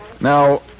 Now